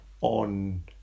on